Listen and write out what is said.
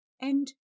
and